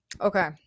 Okay